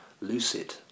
lucid